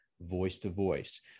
voice-to-voice